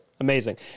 amazing